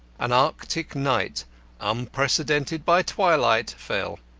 an arctic night unpreceded by twilight fell,